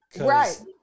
Right